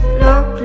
look